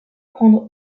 prendre